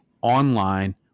online